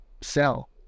sell